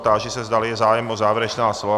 Táži se, zdali je zájem o závěrečná slova.